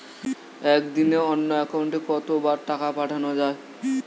একদিনে অন্য একাউন্টে কত বার টাকা পাঠানো য়ায়?